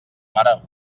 mare